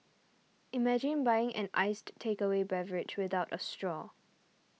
imagine buying an iced takeaway beverage without a straw